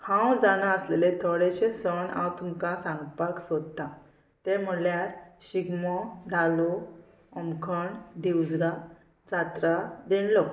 हांव जाणा आसलेलें थोडेशें सण हांव तुमकां सांगपाक सोदतां तें म्हणल्यार शिगमो धालो होमखण दिवजला जात्रा देणलो